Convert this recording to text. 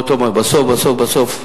חינוך.